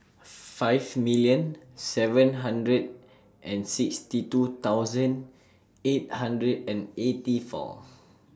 five million seven hundred and sixty two thousand eight hundred and eighty four